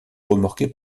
remorqué